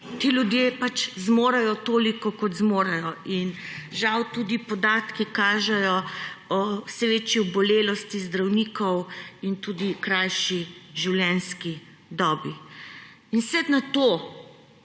Ti ljudje zmorejo pač toliko, kot zmorejo. Žal tudi podatki kažejo o vse večji obolelosti zdravnikov in tudi krajši življenjski dobi in na vse to